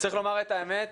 צריך לומר את האמת,